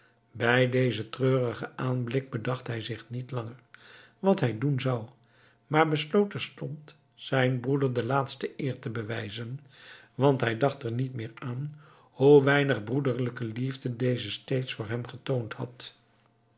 bij dezen treurigen aanblik bedacht hij zich niet lang wat hij doen zou maar besloot terstond zijn broeder de laatste eer te bewijzen want hij dacht er niet meer aan hoe weinig broederlijke liefde deze steeds voor hem getoond had